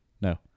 no